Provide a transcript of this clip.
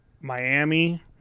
Miami